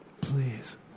Please